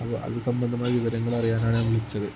അപ്പം അത് സംബന്ധമായ വിവരങ്ങൾ അറിയാനാണ് ഞാൻ വിളിച്ചത്